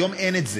היום אין את זה.